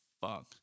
fuck